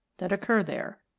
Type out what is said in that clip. that occur there.